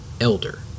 elder